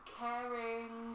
caring